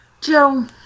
Joe